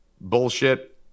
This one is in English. bullshit